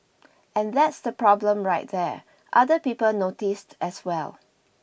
and that's the problem right there other people noticed as well